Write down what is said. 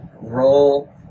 roll